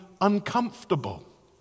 uncomfortable